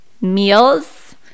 Meals